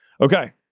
Okay